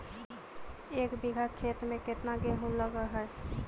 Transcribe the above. एक बिघा खेत में केतना गेहूं लग है?